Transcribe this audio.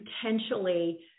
potentially